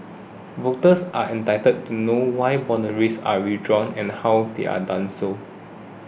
voters are entitled to know why boundaries are redrawn and how they are done so